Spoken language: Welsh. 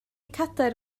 cadair